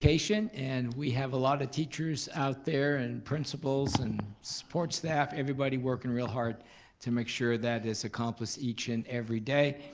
vacation, and we have a lot of teachers out there and principals and sports staff, everything working real hard to make sure that is accomplished each and every day.